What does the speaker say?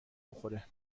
بخوره